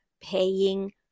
paying